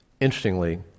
Interestingly